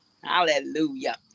Hallelujah